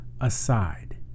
aside